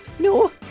No